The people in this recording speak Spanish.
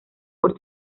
por